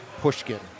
Pushkin